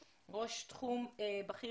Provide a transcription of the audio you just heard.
ראש תחום בכיר,